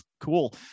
Cool